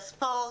התרבות והספורט.